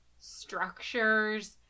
structures